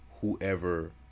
whoever